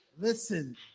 Listen